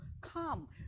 come